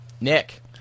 Nick